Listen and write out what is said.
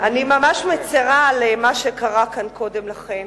אני ממש מצרה על מה שקרה כאן קודם לכן.